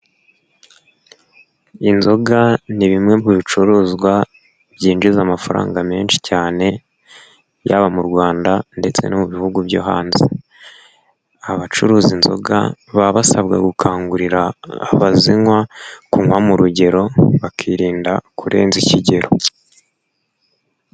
Inzoga ni bimwe mu bicuruzwa byinjiza amafaranga menshi cyane, yaba mu Rwanda ndetse no mu bihugu byo hanze, abacuruza inzoga baba basabwa gukangurira abazinywa kunywa mu rugero bakirinda kurenza ikigero.